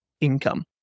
income